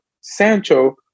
Sancho